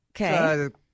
Okay